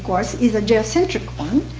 course, is a geocentric one,